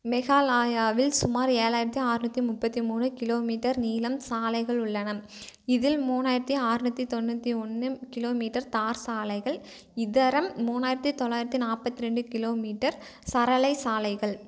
மேகாலாயாவில் சுமார் ஏழாயிரத்தி அறநூத்தி முப்பத்து மூணு கிலோ மீட்டர் நீளம் சாலைகள் உள்ளன இதில் மூணாயிரத்து அறநூத்தி தொண்ணூற்றி ஒன்று கிலோ மீட்டர் தார் சாலைகள் இதர மூணாயிரத்து தொள்ளாயிரத்தி நாற்பத்ரெண்டு கிலோ மீட்டர் சரளை சாலைகள்